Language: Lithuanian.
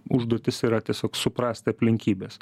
užduotis yra tiesiog suprast aplinkybes